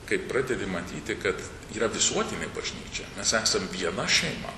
kai pradedi matyti kad yra visuotinė bažnyčia mes esam viena šeima